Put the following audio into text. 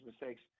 mistakes